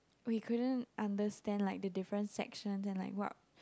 we couldn't understand like the different section then like what